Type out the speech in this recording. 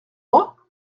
moi